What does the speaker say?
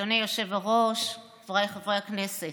אדוני היושב-ראש, חבריי חברי הכנסת,